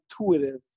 intuitive